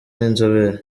n’inzobere